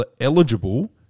eligible